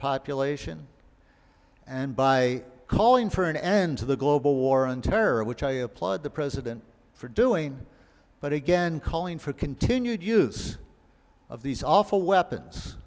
population and by calling for an end to the global war on terror which i applaud the president for doing but again calling for continued use of these awful weapons